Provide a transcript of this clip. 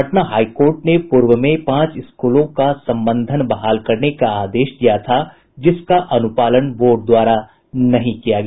पटना उच्च न्यायालय ने पूर्व में पांच स्कूलों का संबंद्वन बहाल करने का आदेश दिया था जिसका अनुपालन बोर्ड द्वारा नहीं किया गया